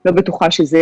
לא בטוחה שזה